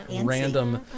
random